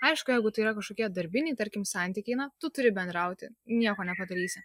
aišku jeigu tai yra kažkokie darbiniai tarkim santykiai na tu turi bendrauti nieko nepadarysi